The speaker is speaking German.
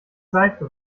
seife